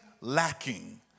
lacking